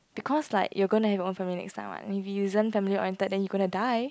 because like you going to have your own family next time right maybe used family oriented then you will going to die